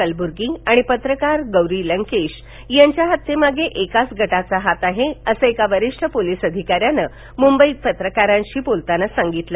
कलबुर्गी आणि पत्रकार गौरी लंकेश यांच्या हत्येमागे एकाच गटाचा हात आहे असं एका वरिष्ठ पोलीस अधिकाऱ्यांनं मुंबईत पत्रकारांशी बोलतांना सांगितलं